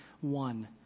one